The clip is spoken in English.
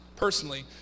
personally